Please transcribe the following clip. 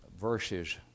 verses